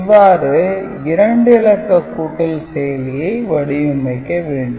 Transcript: இவ்வாறு 2 இலக்க கூட்டல் செயலியை வடிவமைக்க வேண்டும்